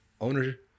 owner